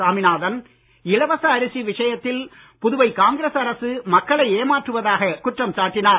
சாமிநாதன் இலவச அரிசி விஷயத்தில் புதுவை காங்கிரஸ் அரசு மக்களை ஏமாற்றுவதாகக் குற்றம் சாட்டினார்